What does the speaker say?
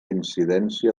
incidència